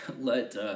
let